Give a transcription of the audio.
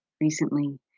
recently